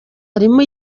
harimo